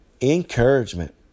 encouragement